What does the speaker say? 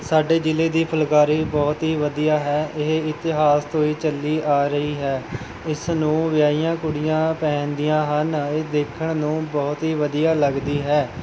ਸਾਡੇ ਜ਼ਿਲ੍ਹੇ ਦੀ ਫੁਲਕਾਰੀ ਬਹੁਤ ਹੀ ਵਧੀਆ ਹੈ ਇਹ ਇਤਿਹਾਸ ਤੋਂ ਹੀ ਚੱਲੀ ਆ ਰਹੀ ਹੈ ਇਸ ਨੂੰ ਵਿਆਹੀਆਂ ਕੁੜੀਆਂ ਪਹਿਨਦੀਆਂ ਹਨ ਇਹ ਦੇਖਣ ਨੂੰ ਬਹੁਤ ਹੀ ਵਧੀਆ ਲੱਗਦੀ ਹੈ